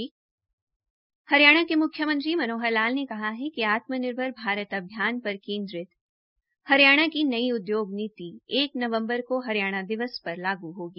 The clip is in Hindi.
हरियाणा के मुख्यमंत्री मनोहर लाल ने कहा है कि आत्मनिर्भर भारत अभियान पर केन्द्रित हरियाणा की नई उद्योग नीति एक नवंबर को हरियाणा दिवस पर लाग होगी